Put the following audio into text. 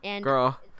Girl